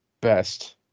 best